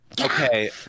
Okay